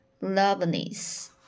loveliness